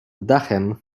dachem